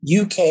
uk